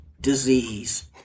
disease